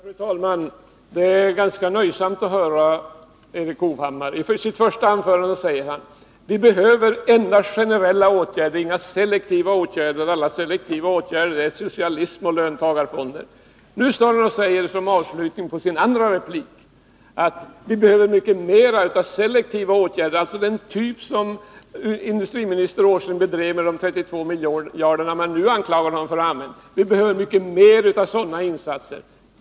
Fru talman! Det är ganska nöjsamt att höra på Erik Hovhammar. I sitt första anförande säger han att vi endast behöver generella åtgärder, inga selektiva åtgärder — selektiva åtgärder är socialism och löntagarfonder. Nu står han och säger som avslutning på sin andra replik, att vi behöver mycket mer av selektiva åtgärder, alltså den typ av politik som industriminister Åsling bedrev med de 32 miljarderna men nu anklagas för att ha använt.